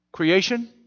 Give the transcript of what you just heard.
Creation